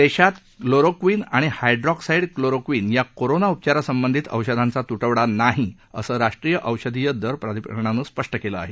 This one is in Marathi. देशात क्लोरोक्वीन आणि हायड्रोक्साईड क्लोरोक्वीन या कोरोना उपचारासंबंधित औषधांचा तुटवडा नाही असं राष्ट्रीय औषधीय दर प्राधिकरणानं स्पष्ट केलं आहे